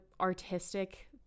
artistic